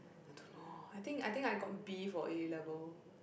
I don't know I think I think B for A-level